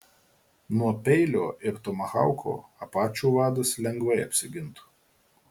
nuo peilio ir tomahauko apačių vadas lengvai apsigintų